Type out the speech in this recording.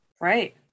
Right